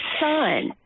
son